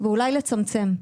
ואולי לצמצם.